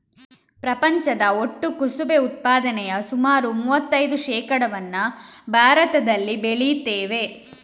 ಪ್ರಪಂಚದ ಒಟ್ಟು ಕುಸುಬೆ ಉತ್ಪಾದನೆಯ ಸುಮಾರು ಮೂವತ್ತೈದು ಶೇಕಡಾವನ್ನ ಭಾರತದಲ್ಲಿ ಬೆಳೀತೇವೆ